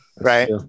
Right